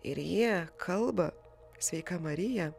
ir jie kalba sveika marija